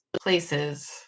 places